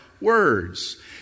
words